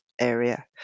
area